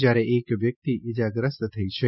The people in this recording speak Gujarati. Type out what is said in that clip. જ્યારે એક વ્યકિત ઇજાગ્રસ્ત થઇ છે